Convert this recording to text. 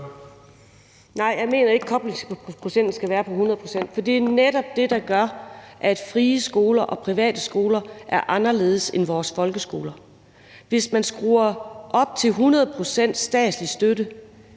Nej, jeg mener ikke, at koblingsprocenten skal være på 100, for det er netop det, der gør, at frie skoler og private skoler er anderledes end vores folkeskoler. Hvis man skruer den op til 100 pct. statslig støtte,